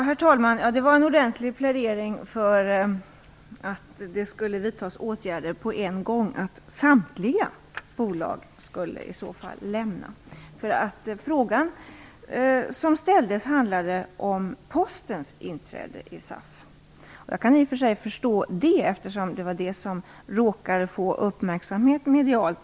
Herr talman! Det var en ordentlig plädering för att det skall vidtas åtgärder omgående och att samtliga bolag i så fall skall lämna SAF. Karl-Erik Perssons fråga handlade om Postens inträde i SAF. Jag kan i och för sig förstå det, eftersom det var detta som råkade få uppmärksamhet i media.